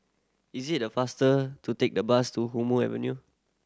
is it faster to take the bus to Hume Avenue